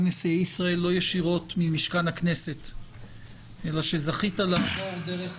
נשיאי ישראל לא ישירות ממשכן הכנסת אלא שזכית לעבור דרך